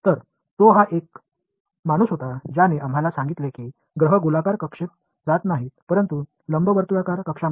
கிரகங்கள் வட்ட சுற்றுப்பாதையில் அல்ல நீள்வட்ட சுற்றுப்பாதையில் நகர்கின்றன என்று நமக்கு சொன்னவர் அவர் தான்